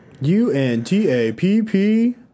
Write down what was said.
U-N-T-A-P-P